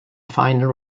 final